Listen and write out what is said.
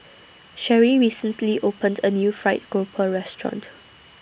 Sherrie recently opened A New Fried Grouper Restaurant